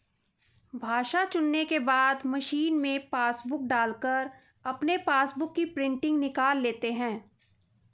भाषा चुनने के बाद मशीन में पासबुक डालकर अपने पासबुक की प्रिंटिंग निकाल लेता है